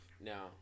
now